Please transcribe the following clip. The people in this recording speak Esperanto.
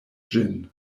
ĝin